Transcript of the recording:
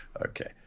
Okay